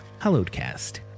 Hallowedcast